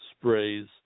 sprays